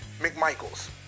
McMichaels